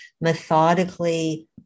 methodically